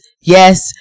Yes